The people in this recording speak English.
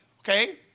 okay